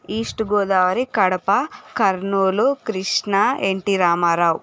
east Godavari Kadapa Kurnool Krishna N T Ramarao